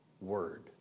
word